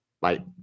Bye